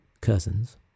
cousins